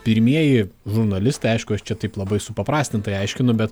pirmieji žurnalistai aišku aš čia taip labai supaprastintai aiškinu bet